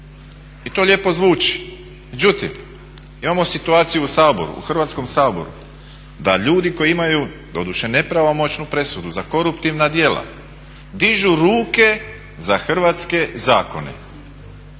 i to lijepo zvuči, međutim imamo situaciju u Saboru, u Hrvatskom saboru da ljudi koji imaju doduše nepravomoćnu presudu za koruptivna dijela dižu ruke za hrvatske zakone.